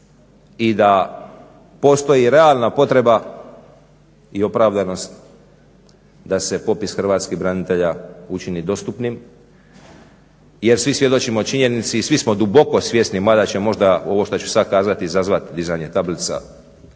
i da postoji realna potreba i opravdanost da se popis hrvatskih branitelja učini dostupnim. Jer svi svjedočimo činjenici i svi smo duboko svjesni, mada će možda ovo što ću sad kazati izazvati dizanje tablica po